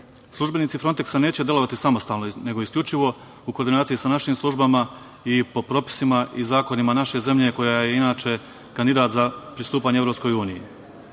Fronteksa neće delovati samostalno, nego isključivo u koordinaciji sa našim službama i po propisima i zakonima naše zemlje koja je inače kandidat za pristupanje EU.Neki oficiri